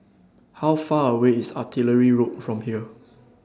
How Far away IS Artillery Road from here